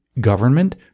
government